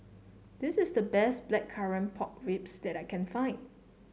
this is the best Blackcurrant Pork Ribs that I can find